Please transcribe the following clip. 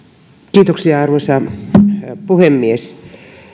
kiitos arvoisa puhemies